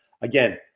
Again